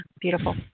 beautiful